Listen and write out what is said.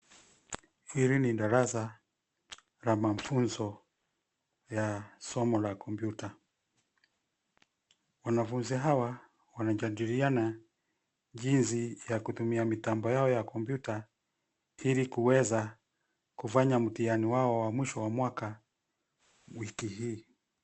Hili ni darasa la mafunzo ya somo la kompyuta. Wanafunzi hawa wanajadiliana jinsi ya kutumia mitambo yao ya kompyuta ili kuweza kufanya mtihani wao wa mwisho wa mwaka wiki hii.